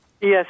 Yes